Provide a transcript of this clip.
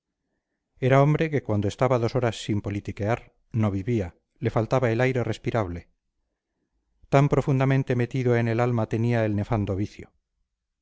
era hombre que cuando estaba dos horas sin politiquear no vivía le faltaba el aire respirable tan profundamente metido en el alma tenía el nefando vicio